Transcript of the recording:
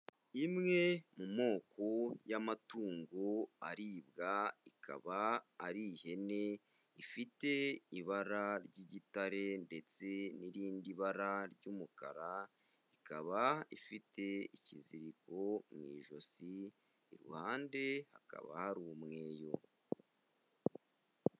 Imwe mu moko y'amatungo aribwa ikaba ari ihene ifite ibara ry'igitare ndetse n'irindi bara ry'umukara, ikaba ifite ikiziriko mu ijosi iruhande hakaba hari umweyo.